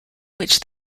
which